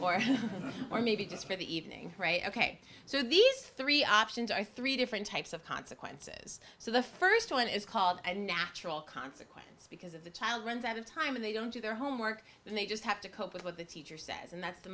life or maybe just for the evening right ok so these three options are three different types of consequences so the first one is called a natural consequence because of the child runs out of time and they don't do their homework and they just have to cope with what the teacher says and that's the